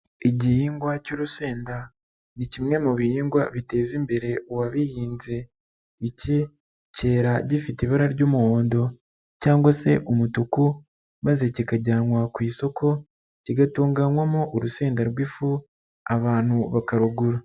Igihingwa cy'urusenda ni kimwe mu bihingwa biteza imbere uwabihinze. Iki kera gifite ibara ry'umuhondo cyangwa se umutuku maze kikajyanwa ku isoko kigatunganywamo urusenda rw'ifu abantu bakarugura.